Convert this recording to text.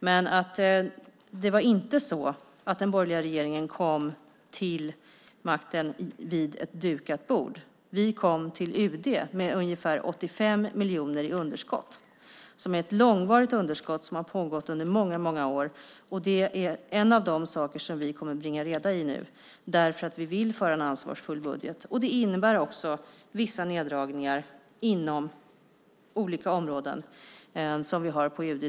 Men det var inte så att den borgerliga regeringen kom till makten vid ett dukat bord. Vi kom till UD med ungefär 85 miljoner i underskott som är ett långvarigt underskott som har pågått under många år. Det är en av de saker som vi kommer att bringa reda i nu, därför att vi vill föra en ansvarsfull budget. Det innebär vissa neddragningar inom olika områden som vi har på UD.